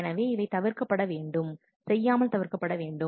எனவே இவை தவிர்க்கப்பட வேண்டும் செய்யாமல் தவிர்க்கப்பட வேண்டும்